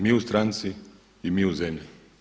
Mi u stranci i mi u zemlji.